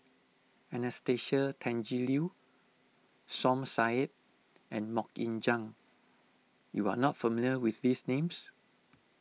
Anastasia Tjendri Liew Som Said and Mok Ying Jang you are not familiar with these names